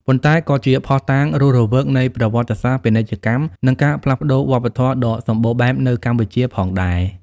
ប៉ុន្តែក៏ជាភស្តុតាងរស់រវើកនៃប្រវត្តិសាស្ត្រពាណិជ្ជកម្ម និងការផ្លាស់ប្តូរវប្បធម៌ដ៏សម្បូរបែបនៅកម្ពុជាផងដែរ។